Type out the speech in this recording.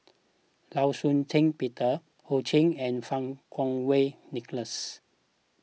Law Shau Ping Peter Ho Ching and Fang Kuo Wei Nicholas